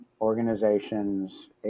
organizations